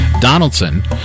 Donaldson